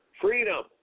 freedom